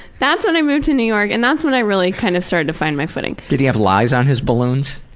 that's when i moved to new york and that's when i really kind of started to find my footing. did he have lies on his balloons?